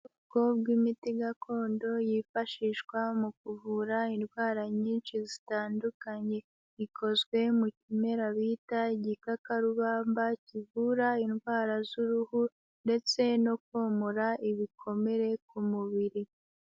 Ubwoko bw'imiti gakondo yifashishwa mu kuvura indwara nyinshi zitandukanye. Ikozwe mu kimera bita igikakarubamba kivura indwara z'uruhu ndetse no komora ibikomere ku mubiri.